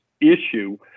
issue